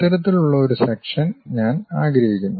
ഇത്തരത്തിലുള്ള ഒരു സെക്ഷൻ ഞാൻ ആഗ്രഹിക്കുന്നു